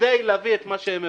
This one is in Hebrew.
כדי להביא את מה שהם מבקשים,